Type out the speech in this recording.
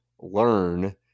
learn